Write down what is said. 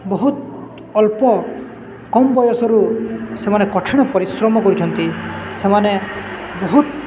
ବହୁତ ଅଳ୍ପ କମ୍ ବୟସରୁ ସେମାନେ କଠିନ ପରିଶ୍ରମ କରୁଛନ୍ତି ସେମାନେ ବହୁତ